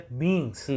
beings